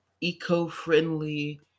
eco-friendly